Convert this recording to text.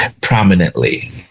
prominently